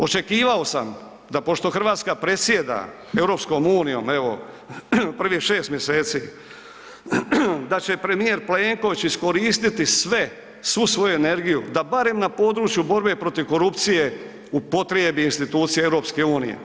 Očekivao samo da pošto RH predsjeda EU, evo prvih 6 mjeseci da će premijer Plenković iskoristiti sve, svu svoju energiju da barem na području borbe protiv korupcije upotrijebi institucije EU.